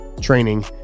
training